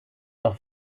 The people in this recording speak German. auch